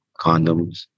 condoms